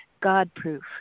God-proof